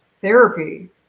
Therapy